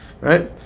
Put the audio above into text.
right